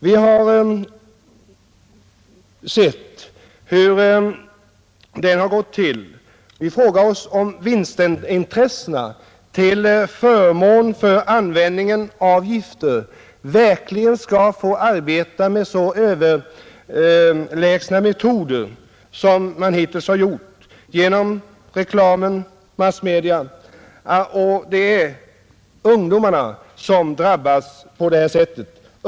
Vi har sett hur det har gått till, och vi frågar oss om vinstintressena till förmån för användningen av gifter verkligen skall få arbeta med så överlägsna metoder som de hittills har gjort genom reklam och massmedia. Det är ju ungdomarna som drabbas.